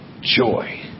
joy